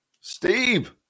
Steve